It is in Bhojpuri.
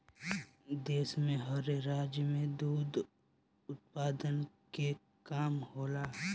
देश में हर राज्य में दुध उत्पादन के काम होला